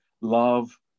love